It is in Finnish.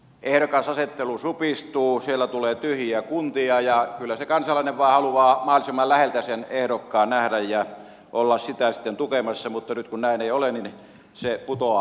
ehdokasasettelu supistuu siellä tulee tyhjiä kuntia ja kyllä se kansalainen vain haluaa mahdollisimman läheltä sen ehdokkaan nähdä ja olla häntä sitten tukemassa mutta nyt kun näin ei ole se putoaa